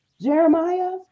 Jeremiah